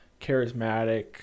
charismatic